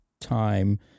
time